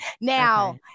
Now